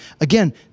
Again